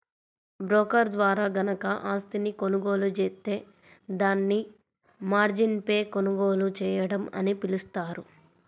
broker ద్వారా గనక ఆస్తిని కొనుగోలు జేత్తే దాన్ని మార్జిన్పై కొనుగోలు చేయడం అని పిలుస్తారు